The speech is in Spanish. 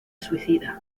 suicida